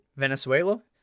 Venezuela